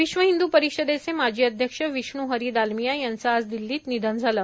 विश्व हिंद् परिषदेचे माजी अध्यक्ष विष्णू हरि दालमिया यांचं आज दिल्लीत निधन झालं